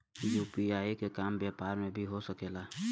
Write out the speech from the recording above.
UPI के काम व्यापार में भी हो सके ला?